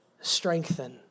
strengthen